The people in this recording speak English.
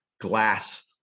glass